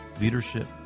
leadership